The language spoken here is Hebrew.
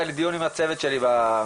היה לי דיון עם הצוות שלי במשרד,